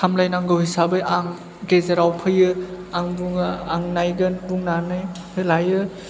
सामलायनांगौ हिसाबै आं गेजेराव फैयो आं बुङो आं नायगोन बुंनानै लायो